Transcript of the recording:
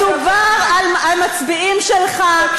מדובר על מצביעים שלך.